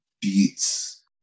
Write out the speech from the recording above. Beats